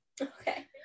okay